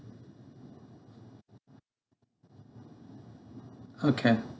okay